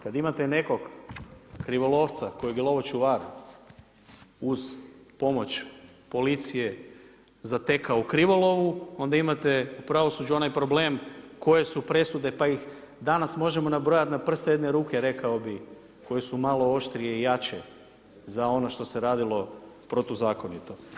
Kad imate nekog krivolovca kojeg je lovočuvar uz pomoć policije zatekao u krivolovu, onda imate u pravosuđu onaj problem koje su presude pa ih danas možemo nabrojati na prste jedne ruke, rekao bi, koje su malo oštrije i jače, za ono što se radilo protuzakonito.